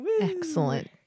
Excellent